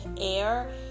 air